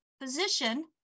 physician